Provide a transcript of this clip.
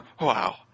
Wow